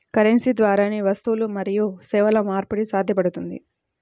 currency ద్వారానే వస్తువులు మరియు సేవల మార్పిడి సాధ్యపడుతుంది